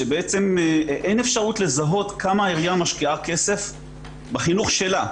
שאין אפשרות לזהות כמה העיריה משקיעה כסף בחינוך שלה,